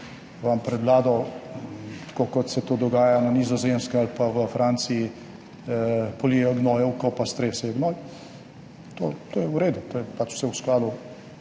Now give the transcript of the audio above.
vam pred Vlado, tako kot se to dogaja na Nizozemskem ali pa v Franciji, polijejo gnojevko in stresejo gnoj. To je v redu, to je pač vse v skladu